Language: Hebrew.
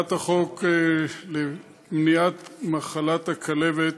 הצעת החוק למניעת מחלת הכלבת